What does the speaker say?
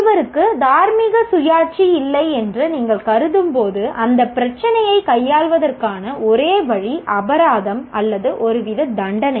ஒருவருக்கு தார்மீக சுயாட்சி இல்லை என்று நீங்கள் கருதும் போது அந்தப் பிரச்சினையை கையாள்வதற்கான ஒரே வழி அபராதம் அல்லது ஒருவித தண்டனை